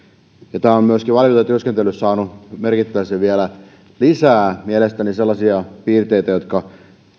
tämä on myöskin valiokuntatyöskentelyssä saanut mielestäni vielä merkittävästi lisää sellaisia piirteitä jotka